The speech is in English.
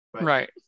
right